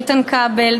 איתן כבל,